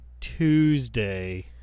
tuesday